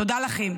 תודה לכם.